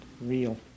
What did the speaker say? real